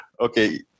Okay